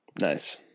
Nice